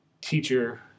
teacher